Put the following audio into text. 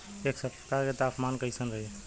एह सप्ताह के तापमान कईसन रही?